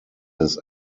his